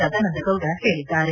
ಸದಾನಂದಗೌಡ ಹೇಳಿದ್ದಾರೆ